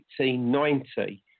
1890